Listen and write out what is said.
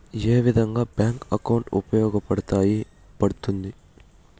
ఏ విధంగా bank account ఉపయోగపడతాయి పడ్తుంది